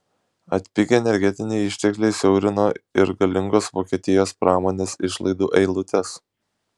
atpigę energetiniai ištekliai siaurino ir galingos vokietijos pramonės išlaidų eilutes